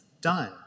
done